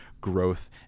growth